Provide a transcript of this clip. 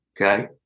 Okay